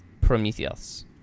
Prometheus